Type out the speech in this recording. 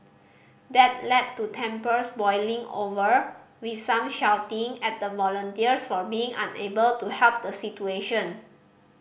that led to tempers boiling over with some shouting at the volunteers for being unable to help the situation